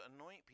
anoint